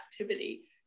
activity